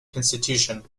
constitution